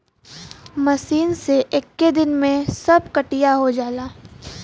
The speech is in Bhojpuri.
मशीन से एक्के दिन में सब कटिया हो जाला